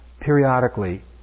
periodically